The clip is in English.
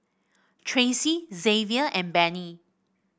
Tracey Xzavier and Benny